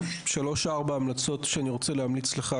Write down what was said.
שלוש-ארבע המלצות שאני רוצה להמליץ לך,